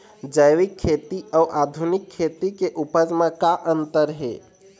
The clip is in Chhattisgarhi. जैविक खेती अउ आधुनिक खेती के उपज म का अंतर हे?